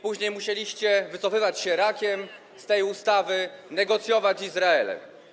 Później musieliście wycofywać się rakiem z tej ustawy, negocjować z Izraelem.